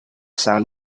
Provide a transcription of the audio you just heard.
sound